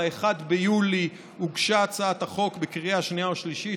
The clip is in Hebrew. ב-1 ביולי הוגשה הצעת החוק בקריאה שנייה ושלישית,